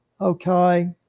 okay